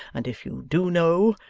and if you do know,